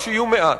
שיהיו מעט.